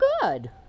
good